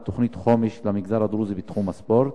תוכנית חומש למגזר הדרוזי בתחום הספורט?